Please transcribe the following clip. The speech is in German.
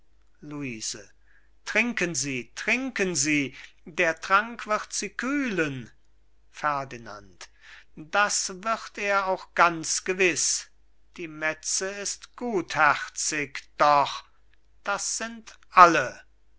luise trinken sie trinken sie der trank wird sie kühlen ferdinand das wird er auch ganz gewiß die metze ist gutherzig doch das sind alle